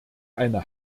eine